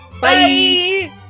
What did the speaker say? Bye